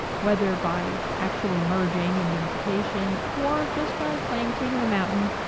whether by actually merging and unification or just by playing king of the mountain,